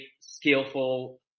skillful